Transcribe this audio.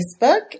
Facebook